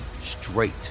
straight